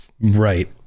Right